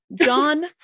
John